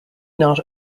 not